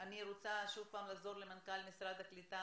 אני חוזרת שוב למנכ"ל משרד הקליטה,